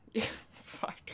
Fuck